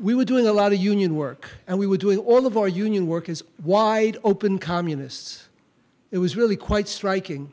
we were doing a lot of union work and we were doing all of our union work is wide open communists it was really quite striking